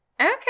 Okay